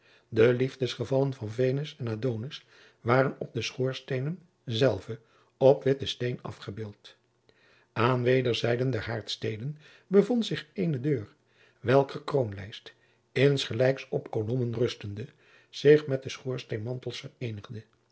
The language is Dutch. de voetstukken de liefdesgevallen van venus en adonis waren op de schoorsteenen zelve op witten steen afgebeeld aan wederszijden der haardsteden bevond zich eene deur welker kroonlijst insgelijks op kolommen rustende zich met de schoorsteenmantels vereenigde